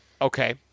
Okay